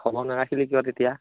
খবৰ নাৰাখিলি কিয় তেতিয়া